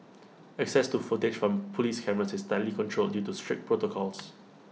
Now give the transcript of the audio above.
access to footage from Police cameras is tightly controlled due to strict protocols